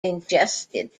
ingested